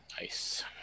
Nice